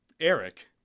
Eric